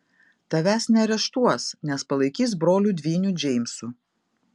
tavęs neareštuos nes palaikys broliu dvyniu džeimsu